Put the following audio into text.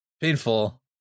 painful